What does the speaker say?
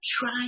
try